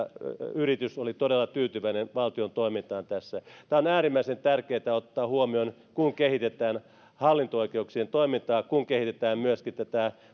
yritys oli todella tyytyväinen valtion toimintaan tässä tämä on äärimmäisen tärkeätä ottaa huomioon kun kehitetään hallinto oikeuksien toimintaa ja kun kehitetään myöskin näitä